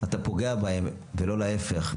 אתה פוגע בהם ולא להפך,